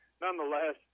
nonetheless